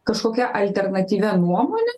kažkokia alternatyvia nuomone